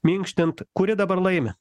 minkštint kuri dabar laimi